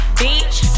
beach